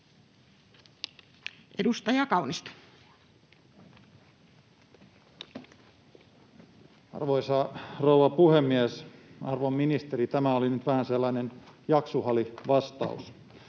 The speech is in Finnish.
Edustaja Kaunisto. Arvoisa rouva puhemies! Arvon ministeri, tämä oli nyt vähän sellainen jaksuhalivastaus.